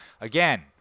Again